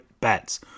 Bets